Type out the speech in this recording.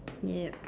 yup